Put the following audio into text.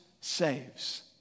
saves